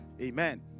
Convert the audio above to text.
Amen